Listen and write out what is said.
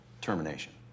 termination